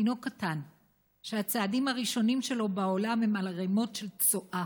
תינוק קטן שהצעדים הראשונים שלו בעולם הם על ערימות של צואה